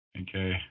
Okay